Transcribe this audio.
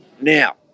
Now